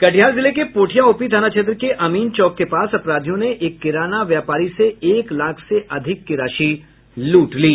कटिहार जिले के पोठिया ओपी थाना क्षेत्र के अमीन चौक के पास अपराधियों ने एक किराना व्यापारी से एक लाख से अधिक की राशि लूट ली